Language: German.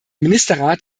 ministerrat